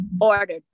ordered